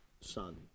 son